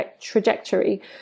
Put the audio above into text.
trajectory